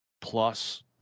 plus